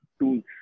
Tools